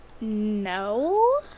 No